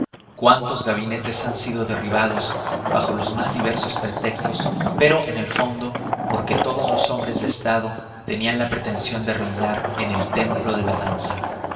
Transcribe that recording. cuántos gabinetes han sido derribados bajo los más diversos pretextos pero en el fondo porque todos los hombres de estado tenían la pretensión de reinar en el templo de la danza